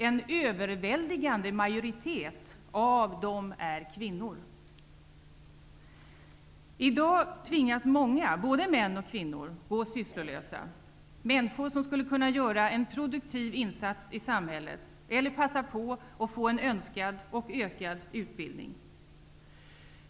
En överväldigande majoritet av dem är kvinnor. I dag tvingas många, både män och kvinnor, gå sysslolösa, människor som skulle kunna göra en produktiv insats i samhället eller passa på att få en önskad och ökad utbildning.